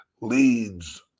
leads